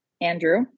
Andrew